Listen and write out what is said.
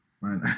Right